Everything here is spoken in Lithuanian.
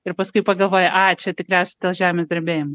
ir paskui pagalvoji ai čia tikriausiai dėl žemės drebėjimų